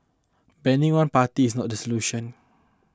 banning one party is not the solution